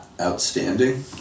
Outstanding